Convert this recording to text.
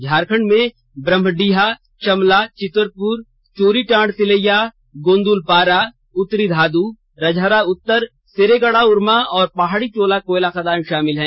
झारखंड में ब्रम्हडीहा चमला चितरपुर चोरीटांड तिलैया गोंडुलपारा उत्तरी धादू राजहरा उत्तर सेरेगढ़ा उरमा और पहाड़ीटोला कोयला खदान शामिल है